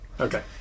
Okay